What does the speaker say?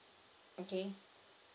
okay